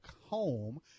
home